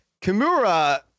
Kimura